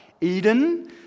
Eden